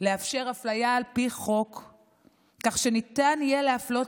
לאפשר אפליה על פי חוק כך שניתן יהיה להפלות